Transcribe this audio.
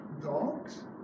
dogs